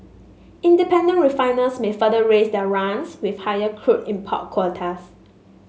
independent refiners may further raise their runs with higher crude import quotas